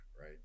right